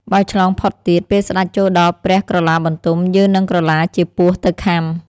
បើឆ្លងផុតទៀត ពេលស្តេចចូលដល់ព្រះក្រឡាបន្ទំ យើងនឹងក្រឡាជាពស់ទៅខាំ។